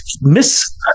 Miss